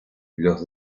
los